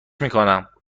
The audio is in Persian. میکنم